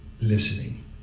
listening